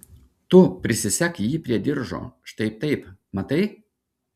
tu prisisek jį prie diržo štai taip matai